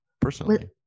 personally